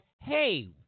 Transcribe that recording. hey